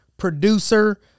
producer